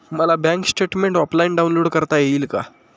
मला bank statement offline download करता येईल का?